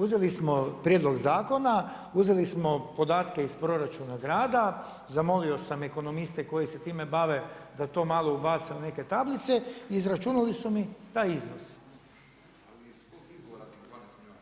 Uzeli smo prijedlog zakona, uzeli smo podatke iz proračuna grada, zamolio sam ekonomiste koji se time bave da to malo ubace u neke tablice i izračunali su mi taj iznos. … [[Upadica sa strane, ne